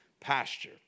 pasture